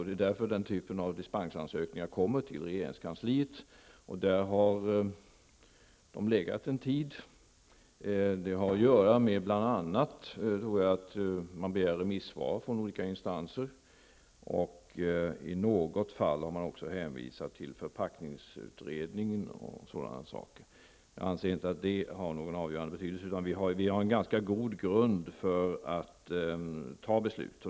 Det är därför denna typ av dispensansökningar kommer till regeringskansliet, där dessa ansökningar har legat en tid. Det har bl.a. att göra med att remissvar begärs från olika instanser, och i något fall har man också hänvisat till förpackningsutredningen. Jag anser inte att detta har någon avgörande betydelse, utan vi har en ganska god grund för att fatta beslut.